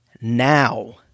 now